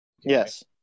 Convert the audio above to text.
Yes